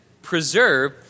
Preserve